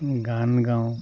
গান গাওঁ